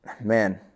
man